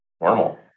normal